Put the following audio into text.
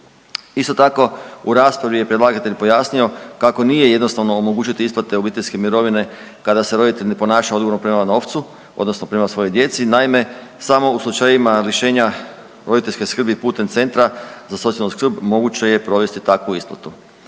Isto tako u raspravi je predlagatelj pojasnio kako nije jednostavno omogućiti isplate obiteljske mirovine kada se roditelj ne ponaša odgovorno prema novcu odnosno prema svojoj djeci. Naime, samo u slučajevima lišenja roditeljske skrbi putem centra za socijalnu skrb moguće je provesti takvu isplatu.